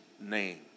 name